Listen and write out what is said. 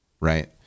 right